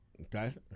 Okay